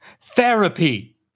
Therapy